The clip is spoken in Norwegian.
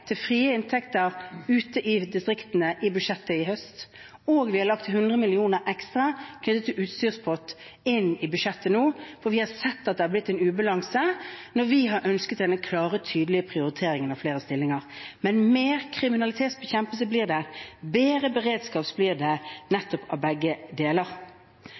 vi har nå lagt til 100 mill. kr ekstra knyttet til en utstyrspott i budsjettet, for vi har sett at det har blitt en ubalanse når vi har ønsket denne klare prioriteringen av flere stillinger. Men mer kriminalitetsbekjempelse og bedre beredskap blir det nettopp av begge deler.